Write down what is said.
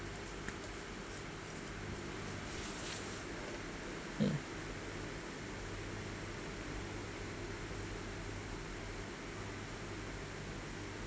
ya